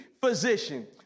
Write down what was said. physician